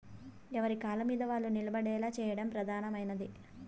ఎవరి కాళ్ళమీద వాళ్ళు నిలబడేలా చేయడం ప్రధానమైనది